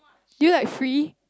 do you like free